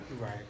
Right